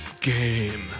game